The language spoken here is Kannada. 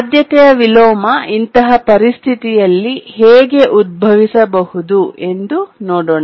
ಆದ್ಯತೆಯ ವಿಲೋಮ ಇಂತಹ ಪರಿಸ್ಥಿತಿಯಲ್ಲಿ ಹೇಗೆ ಉದ್ಭವಿಸಬಹುದು ಎಂದು ನೋಡೋಣ